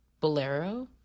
bolero